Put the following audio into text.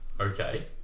okay